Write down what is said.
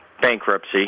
bankruptcy